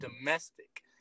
domestic